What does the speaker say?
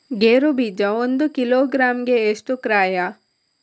ಗೇರು ಬೀಜ ಒಂದು ಕಿಲೋಗ್ರಾಂ ಗೆ ಎಷ್ಟು ಕ್ರಯ?